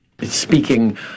Speaking